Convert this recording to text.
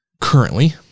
currently